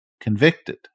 convicted